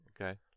Okay